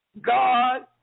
God